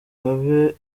habe